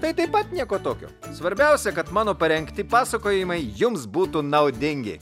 tai taip pat nieko tokio svarbiausia kad mano parengti pasakojimai jums būtų naudingi